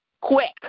quick